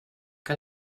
que